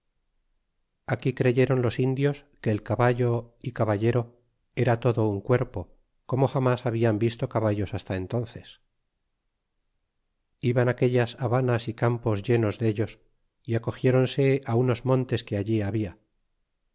aquí creyéron los indios que el caballo y caballero era todo un cuerpo como jamas hablan visto caballos hasta entonces iban aquellas habanas y campos llenos dellos y acogiéronse unos montes que allí haba